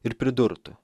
ir pridurtų